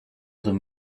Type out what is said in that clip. them